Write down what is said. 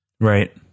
Right